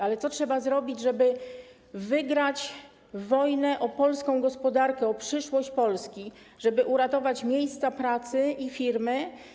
Ale co trzeba zrobić, aby wygrać wojnę o polską gospodarkę, o przyszłość Polski, żeby uratować miejsca pracy i firmy?